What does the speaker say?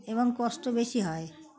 এবং কষ্ট বেশি হয়